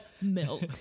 milk